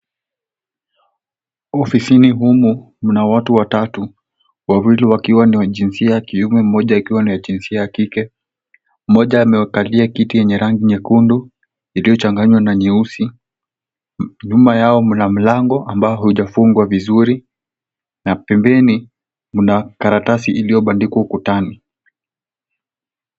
Ofisini humu mna watu watatu wawili wakiwa ni wa jinsia ya kiume mmoja akiwa jinsia ya kike. Mmoja amekalia kiti yenye rangi nyekundu iliyochanganywa na nyeusi. Nyuma yao mna mlango ambao haujafungwa vizuri na pembeni mna karatasi iliyobandikwa ukutani.